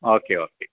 okay okay